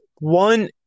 One